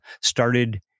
started